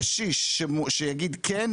קשיש שיגיד כן,